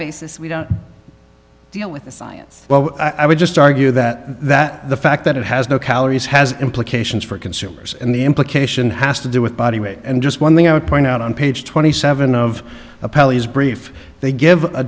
basis we don't deal with the science well i would just argue that that the fact that it has no calories has implications for consumers and the implication has to do with body weight and just one thing i would point out on page twenty seven of a pelleas brief they give a